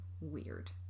weird